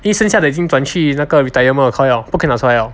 因为剩下的已经转去那个 retirement account 了不可能拿出来了